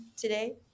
today